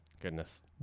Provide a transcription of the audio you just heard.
Goodness